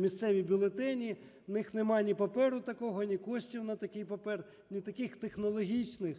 місцеві бюлетені, в них немає ні паперу такого, ні коштів на такий папір, ні таких технологічних